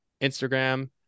instagram